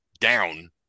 down